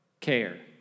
care